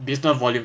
business volume